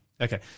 Okay